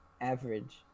average